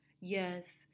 Yes